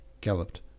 galloped